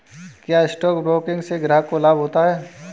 क्या stock broking से ग्राहक को लाभ होता है?